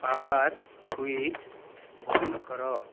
power switch ବନ୍ଦ କର